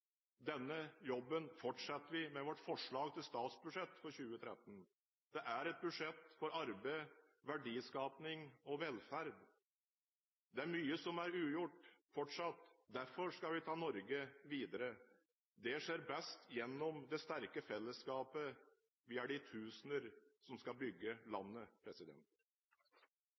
Denne jobben fortsetter vi med i vårt forslag til statsbudsjett for 2013. Det er et budsjett for arbeid, verdiskaping og velferd. Det er fortsatt mye som er ugjort, derfor skal vi ta Norge videre. Det skjer best gjennom det sterke fellesskapet – vi er de tusener som skal bygge landet.